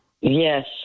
Yes